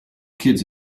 kids